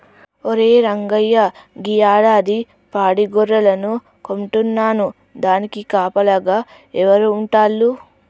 ఒరే రంగయ్య గీ యాడాది పాడి గొర్రెలను కొంటున్నాను దానికి కాపలాగా ఎవరు ఉంటాల్లు